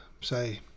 say